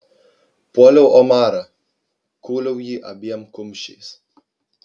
puoliau omarą kūliau jį abiem kumščiais